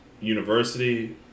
university